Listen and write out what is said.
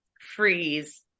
freeze